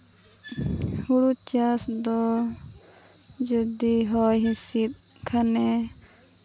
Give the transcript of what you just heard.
ᱦᱩᱲᱩ ᱪᱟᱥ ᱫᱚ ᱡᱩᱫᱤ ᱦᱚᱭᱼᱦᱤᱸᱥᱤᱫ ᱠᱷᱟᱱᱮ